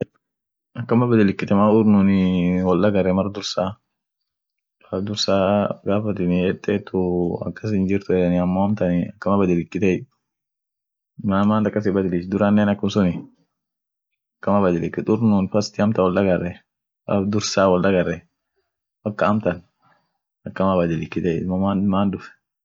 Izraelin ada ishia kabdi amo ada ishia gudioni arabura duftei arabuaf izrael won sun wotdaramte dumi wonsuni duftei amine ada ishia tadibin mambo ibroa sun tii. afan ishin dubesuniee amine culture dibini ishine jua sune lila hinkabdie culture taa juu ishinen. faa dotii